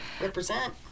Represent